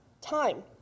time